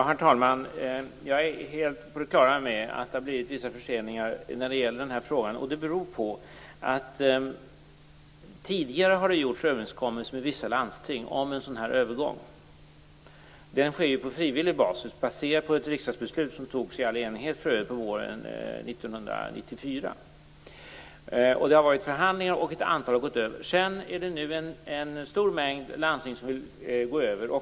Herr talman! Jag är helt på det klara med att det har blivit vissa förseningar när det gäller den här frågan. Det beror på att man tidigare gjort överenskommelser med vissa landsting om en sådan här övergång. Den sker på frivillig basis, baserat på ett riksdagsbeslut som togs i all enighet, för övrigt, på våren 1994. Man har förhandlat, och ett antal har gått över. Nu är det en stor mängd landsting som vill gå över.